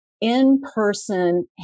in-person